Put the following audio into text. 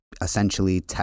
essentially